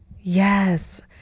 Yes